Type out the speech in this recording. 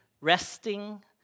resting